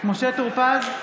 משה טור פז,